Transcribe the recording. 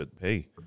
hey